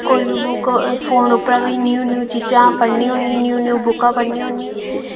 कोई बी book phone उप्परा बी न्यू न्यू चीजां पढ़नी होन्नी न्यू न्यू बुकां पढ़नी होन्नी